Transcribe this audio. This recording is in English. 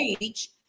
age